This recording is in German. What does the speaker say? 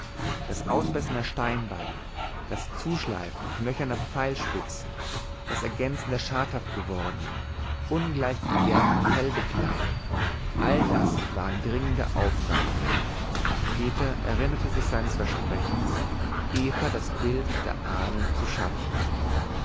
das ausbessern der steinbeile das zuschleifen knöcherner pfeilspitzen das ergänzen der schadhaft gewordenen ungleich gegerbten fellbekleidung all das waren dringende aufgaben peter erinnerte sich seines versprechens eva das bild der ahnl zu schaffen